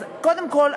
קודם כול,